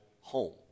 home